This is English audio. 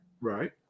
Right